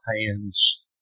hands